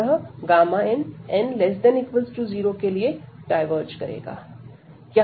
अतः n n ≤ 0 के लिए डायवर्ज करेगा